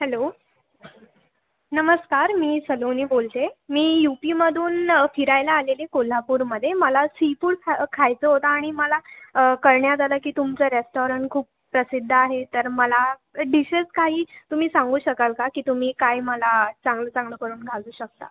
hello नमस्कार मी सलोनी बोलते मी युपीमधून फिरायला आलेली कोल्हापूरमध्ये मला सीफूड ख खायचं होतं आणि मला कळण्यात आलं की तुमचं रेस्टॉरंट खूप प्रसिद्ध आहे तर मला डिशेस काही तुम्ही सांगू शकाल का की तुम्ही काय मला चांगलं चांगलं करून घालू शकता